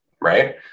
right